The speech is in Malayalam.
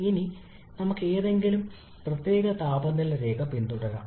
ഇനി നമുക്ക് ഏതെങ്കിലും പ്രത്യേക താപനില രേഖ പിന്തുടരാം